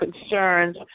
concerns